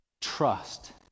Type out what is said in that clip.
trust